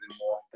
more